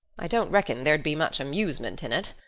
i don't reckon there'd be much amusement in it.